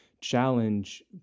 challenge